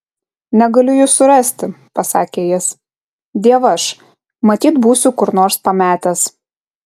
negaliu jų surasti pasakė jis dievaž matyt būsiu kur nors pametęs